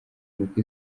kuko